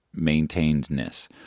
maintainedness